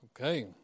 Okay